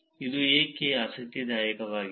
ಇದು ಏಕೆ ಆಸಕ್ತಿದಾಯಕವಾಗಿದೆ